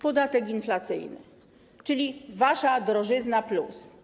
Podatek inflacyjny, czyli wasza drożyzna+.